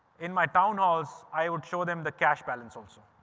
in my town halls, i would show them the cash balance also.